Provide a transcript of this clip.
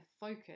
focus